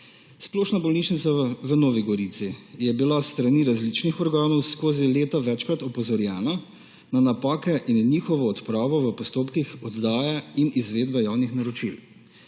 Splošna bolnišnica v Novi Gorici je bila s strani različnih organov skozi leta večkrat opozorjena na napake in njihovo odpravo v postopkih oddaje in izvedbe javnih naročil.